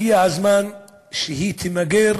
הגיע הזמן שהיא תמוגר,